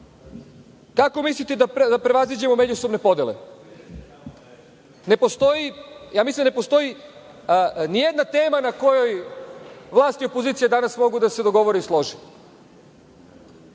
nama. Kako mislite da prevaziđemo međusobne podele? Mislim da ne postoji ni jedna tema na kojoj vlast i opozicija danas mogu da se dogovore i slože.